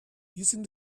using